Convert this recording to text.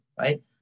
right